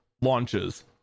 launches